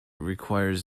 requires